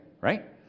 right